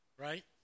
Right